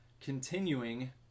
continuing